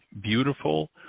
beautiful